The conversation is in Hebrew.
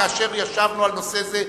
כאשר ישבנו על נושא זה.